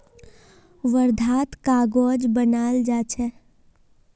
वर्धात कागज बनाल जा छे